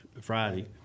Friday